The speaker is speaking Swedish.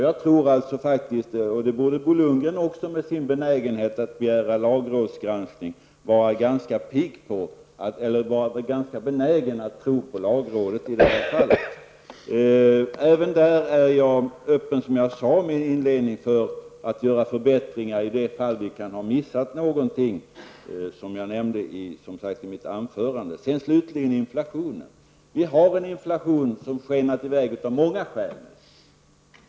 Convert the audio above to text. Jag tycker faktiskt, och det borde Bo Lundgren också göra som är så pigg på att begära lagrådsgranskning, att man kan tro på lagrådet i det här fallet. Även i denna fråga är jag öppen för, vilket jag sade i min inledning, för att göra förbättringar i de fall vi kan ha missat någonting. Slutligen vill jag ta upp frågan om inflationen. Vi har en inflation som har skenat i väg och det har flera skäl.